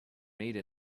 made